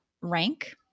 rank